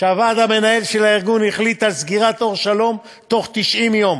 שהוועד המנהל של הארגון החליט על סגירת "אור שלום" בתוך 90 יום,